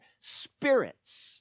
spirits